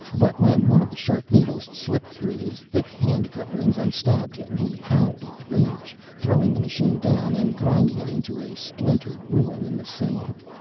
but when one of the sharp needles slipped through his thick hand-coverings and stabbed him he howled with rage, throwing the machine down, and grinding it into a splintered ruin in the sand.